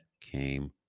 came